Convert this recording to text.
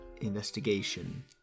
investigation